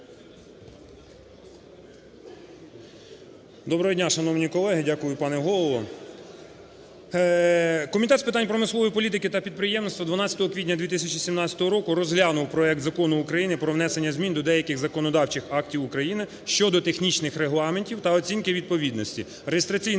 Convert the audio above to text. Доброго дня, шановні колеги. Дякую, пане Голово. Комітет з питань промислової політики та підприємництва 12 квітня 2017 року розглянув проект Закону України про внесення змін до деяких законодавчих актів України щодо технічних регламентів та оцінки відповідності (реєстраційний